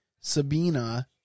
Sabina